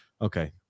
Okay